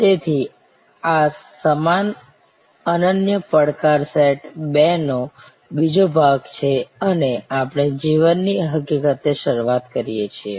તેથી આ સમાન અનન્ય પડકાર સેટ બે નો બીજો ભાગ છે અને આપણે જીવનની હકીકતથી શરૂઆત કરીએ છીએ